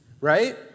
right